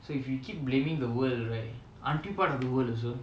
so if you keep blaming the world right of the world also